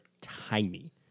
tiny